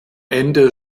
ende